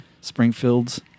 Springfields